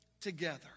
together